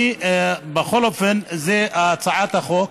בכל אופן, זו הצעת החוק.